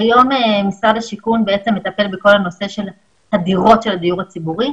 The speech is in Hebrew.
כיום משרד השיכון מטפל בכל הנושא של הדירות של הדיור הציבורי,